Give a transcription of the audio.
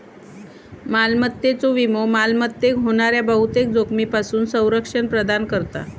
मालमत्तेचो विमो मालमत्तेक होणाऱ्या बहुतेक जोखमींपासून संरक्षण प्रदान करता